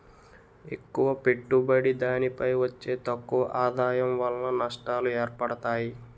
ఎక్కువ పెట్టుబడి దానిపై వచ్చే తక్కువ ఆదాయం వలన నష్టాలు ఏర్పడతాయి